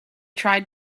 tried